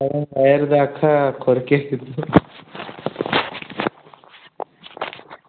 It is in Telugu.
సగం వైర్ దాక కొరికేసింది